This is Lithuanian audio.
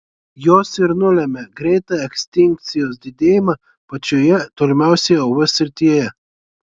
jos ir nulemia greitą ekstinkcijos didėjimą pačioje tolimiausioje uv srityje